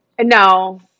No